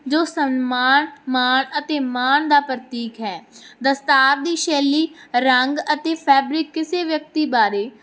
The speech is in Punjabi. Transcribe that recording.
ਜੋ ਸਨਮਾਨ ਮਾਨ ਅਤੇ ਮਾਨ ਦਾ ਪ੍ਰਤੀਕ ਹੈ ਦਸਤਾਰ ਦੀ ਸ਼ੈਲੀ ਰੰਗ ਅਤੇ ਫੈਬਰਿਕ ਕਿਸੇ ਵਿਅਕਤੀ ਬਾਰੇ